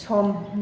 सम